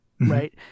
right